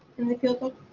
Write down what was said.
and the field book?